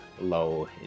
low